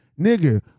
Nigga